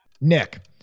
Nick